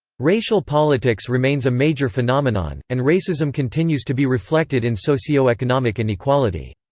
racial politics remains a major phenomenon, and racism continues to be reflected in socioeconomic inequality.